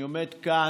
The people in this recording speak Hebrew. אני עומד כאן,